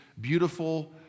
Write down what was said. beautiful